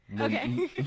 Okay